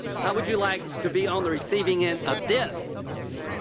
how would you like to be on the receiving end of this?